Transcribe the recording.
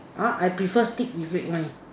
uh I prefer steak with red wine